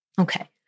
Okay